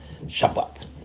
Shabbat